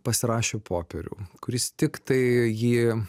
pasirašė popierių kuris tiktai jį